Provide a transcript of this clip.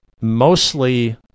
mostly